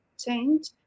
change